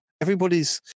Everybody's